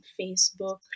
Facebook